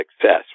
success